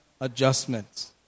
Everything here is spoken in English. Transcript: adjustments